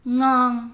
ngon